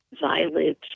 violet